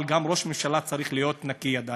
אבל גם, ראש ממשלה צריך להיות נקי ידיים,